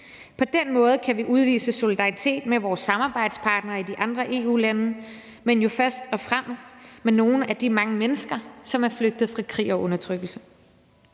På den måde kan vi udvise solidaritet med vores samarbejdspartnere i de andre EU-lande, men jo først og fremmest også med nogle af de mange mennesker, som er flygtet fra krig og undertrykkelse.